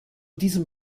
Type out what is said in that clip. diesem